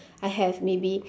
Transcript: I have maybe